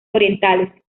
orientales